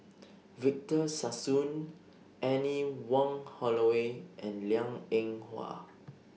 Victor Sassoon Anne Wong Holloway and Liang Eng Hwa